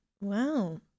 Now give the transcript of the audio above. wow